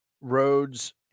roads